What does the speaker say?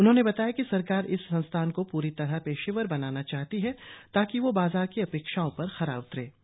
उन्होंने बताया कि सरकार इस संस्थान को पूरी तरह पेशेवर बनाना चाहती है ताकि यह बाजार की अपेक्षाओं पर खरा उतर सके